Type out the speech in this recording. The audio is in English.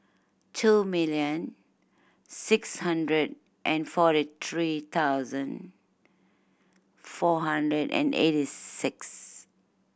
two million six hundred and forty three thousand four hundred and eighty six